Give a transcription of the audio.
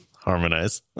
harmonize